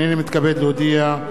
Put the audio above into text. הנני מתכבד להודיע,